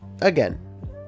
Again